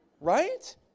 Right